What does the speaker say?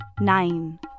nine